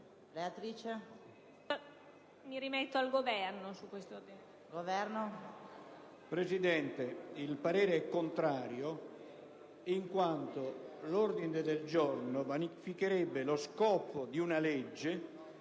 Presidente, il parere è contrario, in quanto l'ordine del giorno vanificherebbe lo scopo di una legge,